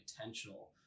intentional